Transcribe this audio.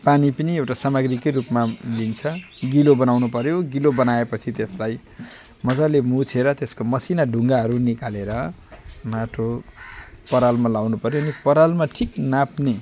पानी पनि एउटा सामग्रीकै रूपमा लिइन्छ गिलो बनाउनुपऱ्यो गिलो बनाएपछि त्यसलाई मजाले मुछेर त्यसको मसिना ढुङ्गाहरू निकालेर माटो परालमा लगाउनुपऱ्यो नि परालमा ठिक नाप्ने